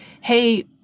hey